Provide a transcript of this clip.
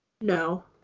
No